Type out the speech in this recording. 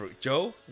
Joe